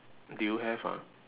do you have ah